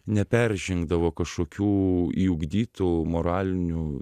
neperžengdavo kažkokių į ugdytų moralinių